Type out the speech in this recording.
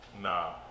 Nah